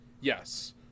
yes